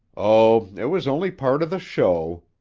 oh, it was only part of the show,